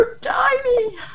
tiny